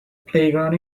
playground